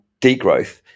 degrowth